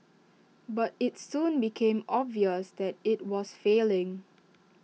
but IT soon became obvious that IT was failing